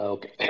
Okay